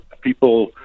people